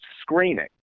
screening